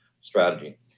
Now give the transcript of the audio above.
strategy